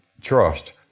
trust